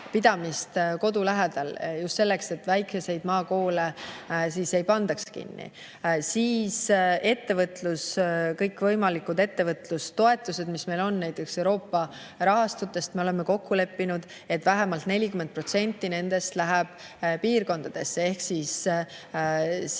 pidamist kodu lähedal, seda just selleks, et väikeseid maakoole ei pandaks kinni. Siis ettevõtlus: kõikvõimalike ettevõtlustoetuste puhul, mis meil on, näiteks Euroopa rahastutest, me oleme kokku leppinud, et vähemalt 40% nendest läheb maapiirkondadesse. Ehk siis